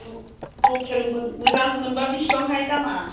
लकेल मोजां मोनबा बिसिबांहाय दामा